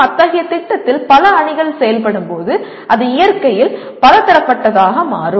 அத்தகைய திட்டத்தில் பல அணிகள் செயல்படும்போது அது இயற்கையில் பலதரப்பட்டதாக மாறும்